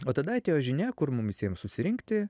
o tada atėjo žinia kur mum visiem susirinkti